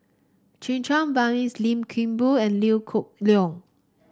Checha Lim Kim Boon and Liew cook Leong